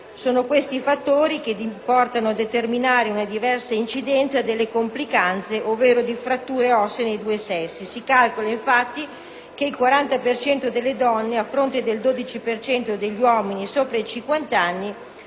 Questi fattori portano a determinare una diversa incidenza delle complicanze, ovvero di fratture ossee nei due sessi. Si calcola infatti che il 40 per cento delle donne, a fronte del 12 per cento degli uomini, sopra i 50 anni